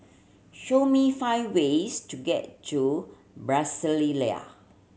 show me five ways to get to Brasilia